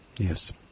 Yes